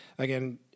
Again